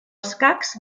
escacs